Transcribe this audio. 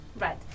Right